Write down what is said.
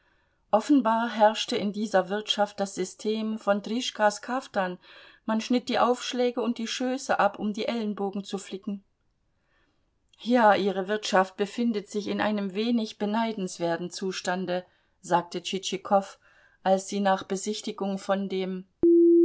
offenbar herrschte in dieser wirtschaft das system von trischkas kaftan man schnitt die aufschläge und die schöße ab um die ellenbogen zu flicken ja ihre wirtschaft befindet sich in einem wenig beneidenswerten zustande sagte tschitschikow als sie nach besichtigung vor dem